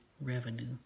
revenue